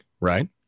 right